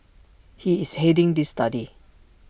he is heading this study